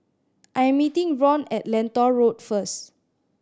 I am meeting Ron at Lentor Road first